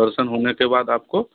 दर्शन होने के बाद आपको